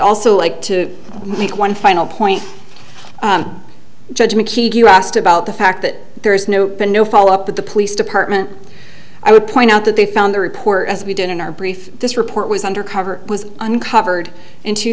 also like to make one final point judgment you asked about the fact that there is no no follow up that the police department i would point out that they found the report as we did in our brief this report was undercover was uncovered in two